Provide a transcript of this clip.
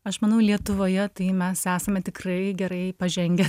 aš manau lietuvoje tai mes esame tikrai gerai pažengę